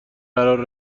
قرار